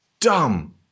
dumb